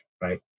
right